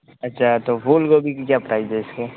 अच्छा तो फूल गोबी कि क्या प्राइस है इसकी